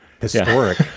Historic